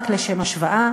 רק לשם השוואה,